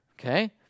okay